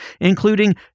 including